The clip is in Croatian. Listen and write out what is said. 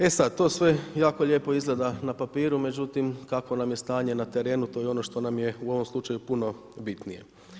E sad to sve jako lijepo izgleda na papiru, međutim kakvo nam je stanje na terenu, to je ono što nam je u ovom slučaju puno bitnije.